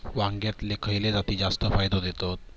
वांग्यातले खयले जाती जास्त फायदो देतत?